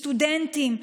סטודנטים,